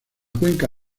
cuenca